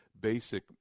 basic